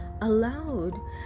allowed